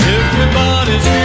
everybody's